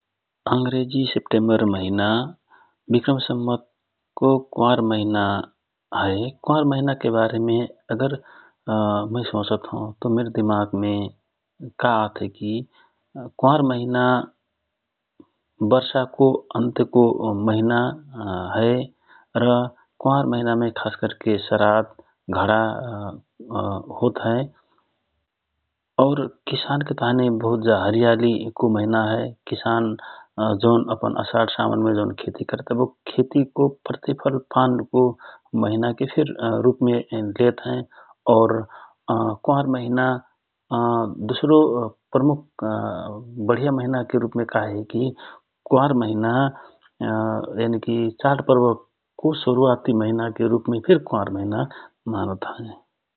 अंग्रेजी सेपटेम्बर महिना विक्रम संवतको क्वार महिना हए क्वार महिना के बारेम मय सोचत हौ कहेसे मिर दिमाग मे का आत हए कि क्वार महिना वर्षको अन्तको महिना हए र क्वार खासकरके सरात घडा होत हए और किसानके ताँहि जा हरियालिको महिना हए । किसान जौन अपन खेति पाति करत हए खेतिको प्रतिफल पानके महिना के रूपमे फिर लेत हए और क्वार महिना दोस्रो प्रमुख बढिया महिनाक रूपमे कहेकि क्वार महिना यनिकि चाडपर्व शुरूवाति महिनाके रूपमे फिर मानत हए ।